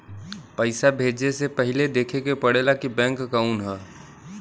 पइसा भेजे से पहिले देखे के पड़ेला कि बैंक कउन ह